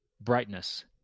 Brightness